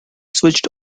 switched